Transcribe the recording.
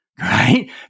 right